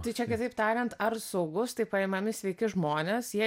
tai čia kitaip tariant ar saugus tai paimami sveiki žmonės jie